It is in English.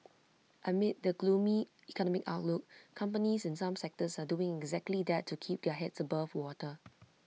amid the gloomy economic outlook companies in some sectors are doing exactly that to keep their heads above water